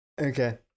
Okay